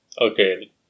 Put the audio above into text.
Okay